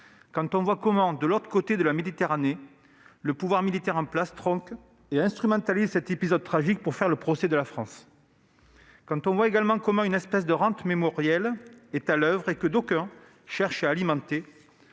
quand on voit comment, de l'autre côté de la Méditerranée, le pouvoir militaire en place tronque et instrumentalise cet épisode tragique pour faire le procès de la France ; quand on constate l'existence d'une certaine rente mémorielle, que d'aucuns cherchent à alimenter,